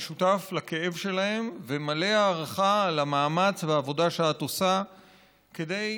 ואני שותף לכאב שלהם ומלא הערכה על המאמץ והעבודה שאת עושה כדי לשנות,